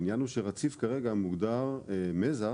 אך רציף מוגדר כרגע: "מזח,